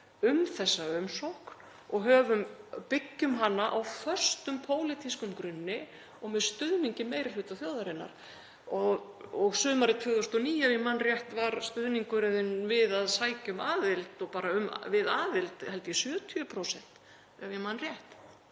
um þessa umsókn og byggjum hana á föstum pólitískum grunni og með stuðningi meiri hluta þjóðarinnar. Sumarið 2009, ef ég man rétt, var stuðningurinn við að sækja um aðild og við aðild, held ég, 70%, ef ég man rétt,